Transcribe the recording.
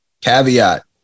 caveat